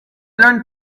learned